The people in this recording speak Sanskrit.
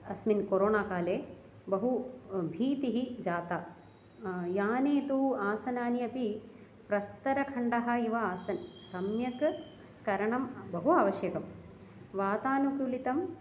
अस्मिन् कोरोनाकाले बहु अ भीतिः जाता याने तु आसनानि अपि प्रस्तरखण्डः इव आसन् सम्यक् करणं बहु आवश्यकं वातानुकूलितम्